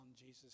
Jesus